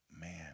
man